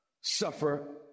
suffer